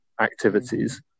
activities